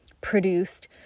produced